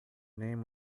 name